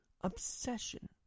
obsession